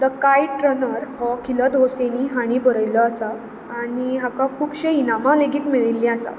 the kite runner हो Khaled Hosseini हाणीं बरयिल्लो आसा आनी हाका खुबशे इनामां लेगीत मेळिल्लीं आसा